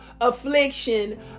affliction